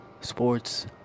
sports